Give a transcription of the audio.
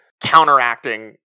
counteracting